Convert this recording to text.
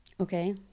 okay